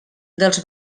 dels